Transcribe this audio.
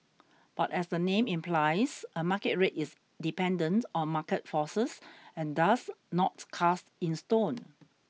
but as the name implies a market rate is dependent on market forces and thus not cast in stone